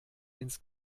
ins